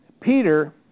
Peter